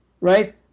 right